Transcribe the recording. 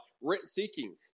rent-seeking